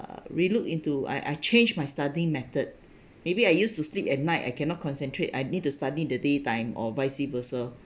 uh relook into I I changed my studying method maybe I used to sleep at night I cannot concentrate I need to study the daytime or vice versa